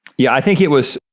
yeah i think it was,